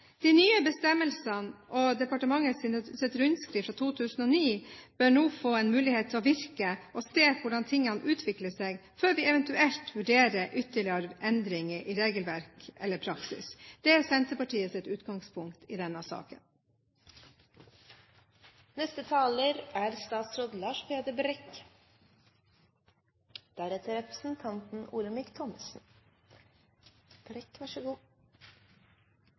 De nye bestemmelsene og departementets rundskriv fra 2009 bør nå få en mulighet til å virke, slik at vi ser hvordan tingene utvikler seg før vi eventuelt vurderer ytterligere endringer i regelverk eller praksis. Det er Senterpartiets utgangspunkt i denne saken. Allmenningsretten har lange tradisjoner. Utøvelsen av bruksrettene og forvaltningen av allmenningene er